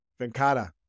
Venkata